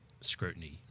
scrutiny